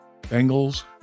Bengals